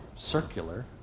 Circular